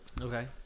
okay